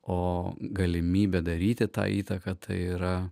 o galimybė daryti tą įtaką tai yra